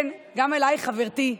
כן, גם אלייך, חברתי,